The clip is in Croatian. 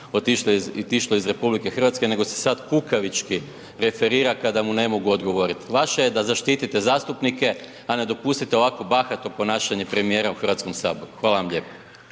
otišlo iz RH, nego se sad kukavički referira kada mu ne mogu odgovorit. Vaše je da zaštitite zastupnike, a ne dopustite ovakvo bahato ponašanje premijera u HS. Hvala vam lijepa.